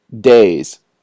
days